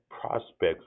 prospects